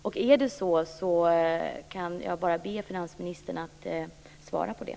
Om det är så kan jag bara be finansministern att svara på det.